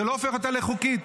זה לא הופך אותה לחוקית.